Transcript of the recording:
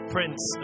Prince